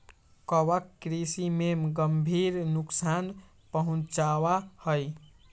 कवक कृषि में गंभीर नुकसान पहुंचावा हई